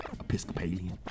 Episcopalian